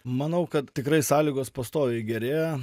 manau kad tikrai sąlygos pastoviai gerėja